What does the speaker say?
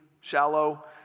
shallow